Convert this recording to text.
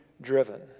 driven